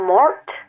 Mort